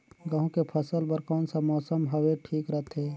गहूं के फसल बर कौन सा मौसम हवे ठीक रथे?